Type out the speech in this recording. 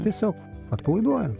tiesiog atpalaiduoja